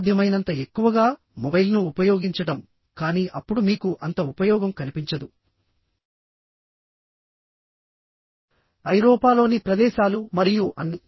సాధ్యమైనంత ఎక్కువగా మొబైల్ను ఉపయోగించడం కానీ అప్పుడు మీకు అంత ఉపయోగం కనిపించదు ఐరోపాలోని ప్రదేశాలు మరియు అన్నీ